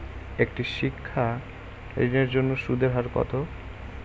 একটি শিক্ষা ঋণের জন্য সুদের হার কত?